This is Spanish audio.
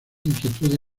inquietudes